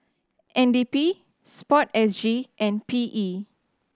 N D P Sport S G and P E